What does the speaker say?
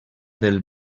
del